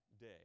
day